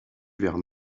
vers